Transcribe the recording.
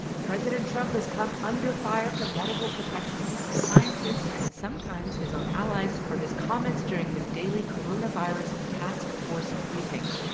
president trump has come under fire from medical professionals, scientists and sometimes his own allies for his comments during his daily coronavirus task force briefings,